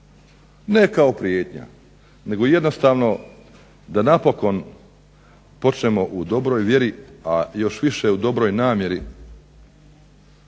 ne kao prijetnja nego jednostavno da napokon počnemo u dobroj vjeri, a još više u dobroj namjeri